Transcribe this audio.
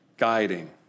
guiding